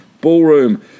Ballroom